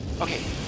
Okay